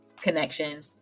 connection